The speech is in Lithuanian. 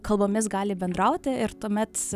kalbomis gali bendrauti ir tuomet